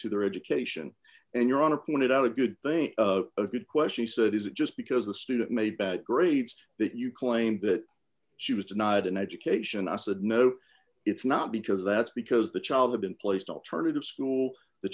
to their education and your honor pointed out a good thing a good question he said is it just because the student made bad grades that you claimed that she was denied an education i said no it's not because that's because the child had been placed alternative school the